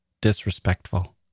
disrespectful